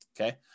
okay